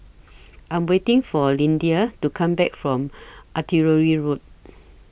I Am waiting For Lyndia to Come Back from Artillery Road